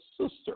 sister